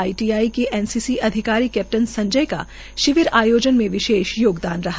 ITI के NCC अधिकारी captain Sanjay का शिविर आयोजन में विशेष योगदान रहा